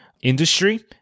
industry